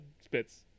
spits